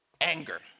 anger